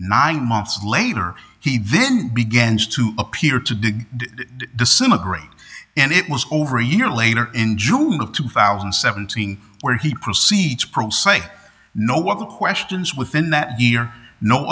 nine months later he then begins to appear to dig disintegrate and it was over a year later in june of two thousand and seven where he proceeds crusade know what the questions within that year kno